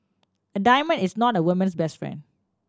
a diamond is not a woman's best friend